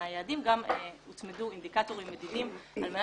גם הוצמדו אינדיקטורים מדידים על מנת